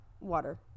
water